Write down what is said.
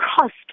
cost